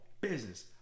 business